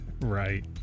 right